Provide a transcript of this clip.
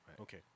Okay